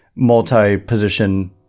multi-position